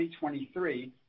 2023